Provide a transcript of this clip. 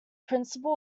principal